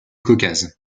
caucase